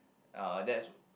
uh that's